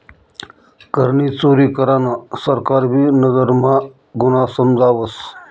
करनी चोरी करान सरकार भी नजर म्हा गुन्हा समजावस